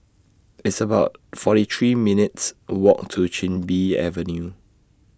It's about forty three minutes' Walk to Chin Bee Avenue